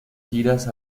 giras